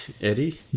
Eddie